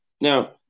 Now